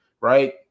right